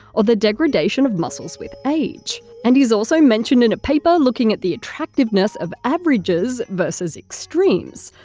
or the degradation of muscles with age. and he's also mentioned in a paper looking at the attractiveness of averages versus extremes.